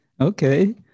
Okay